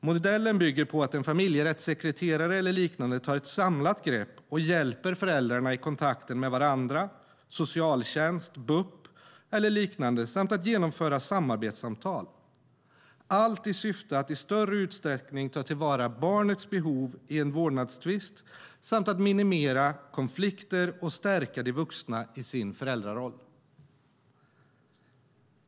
Modellen bygger på att en familjerättssekreterare eller liknande tar ett samlat grepp och hjälper föräldrarna i kontakten med varandra, socialtjänst, BUP och liknande samt med att genomföra samarbetssamtal, allt i syfte att i större utsträckning ta till vara barnets behov i en vårdnadstvist samt att minimera konflikter och stärka de vuxna i deras föräldraroll.